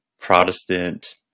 Protestant